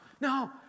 no